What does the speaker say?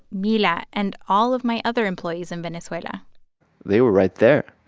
mila and all of my other employees in venezuela they were right there.